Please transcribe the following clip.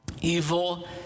Evil